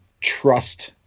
trust